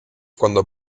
cuando